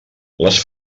les